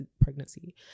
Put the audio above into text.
pregnancy